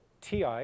TI